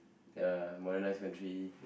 ya modernised country